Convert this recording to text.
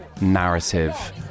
narrative